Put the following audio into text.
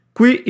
Qui